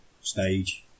stage